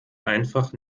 einfach